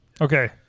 Okay